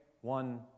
one